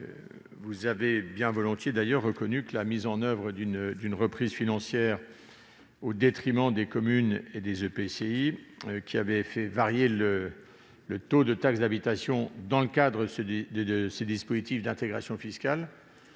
vous avez bien volontiers reconnu que la mise en oeuvre d'une reprise financière au détriment des communes et des EPCI qui avaient fait varier leur taux de taxe d'habitation dans le cadre de ces dispositifs d'intégration fiscale